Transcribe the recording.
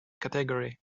category